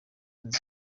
nzi